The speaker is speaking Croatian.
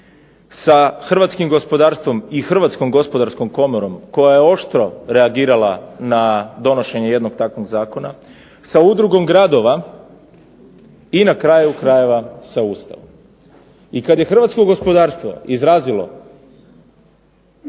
sa hrvatskim gospodarstvom i Hrvatskom gospodarskom komorom koja je oštro reagirala na donošenje jednog takvog zakona, sa udrugom gradova i na kraju krajeva sa Ustavom. I kad je hrvatsko gospodarstvo izrazilo